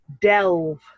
DELVE